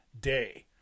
day